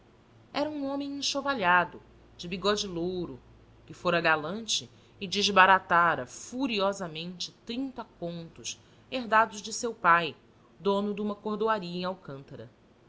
era um homem enxovalhado de bigode louro que fora galante e desbaratara furiosamente trinta contos herdados de seu pai dono de uma cordoaria em alcântara